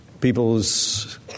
people's